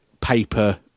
paper